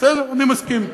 בסדר, אני מסכים.